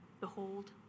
Behold